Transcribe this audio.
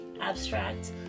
abstract